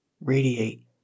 radiate